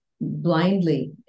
blindly